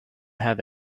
have